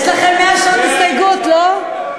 יש לכם 100 שעות הסתייגות, לא?